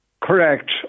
Correct